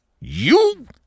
You